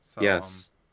yes